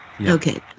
Okay